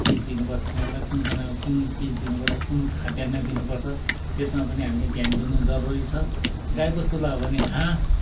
चिज दिनुपर्छ तिनीहरूलाई कुन समयमा कुन चिज दिनुपर्छ कुन खाद्यान्न दिनुपर्छ त्यसमा पनि हामीले ध्यान दिन जरुरी छ गाईबस्तुलाई हो भने घाँस